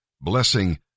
Blessing